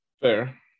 Fair